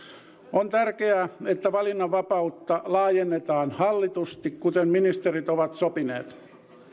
on tärkeää että valinnanvapautta laajennetaan hallitusti kuten ministerit ovat sopineet